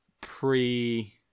pre